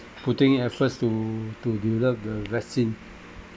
putting efforts to to develop the vaccine